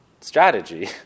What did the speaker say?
strategy